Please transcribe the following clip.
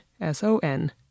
S-O-N